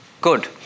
good